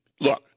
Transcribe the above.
look